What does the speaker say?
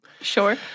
Sure